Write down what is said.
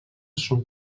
són